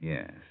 Yes